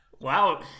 Wow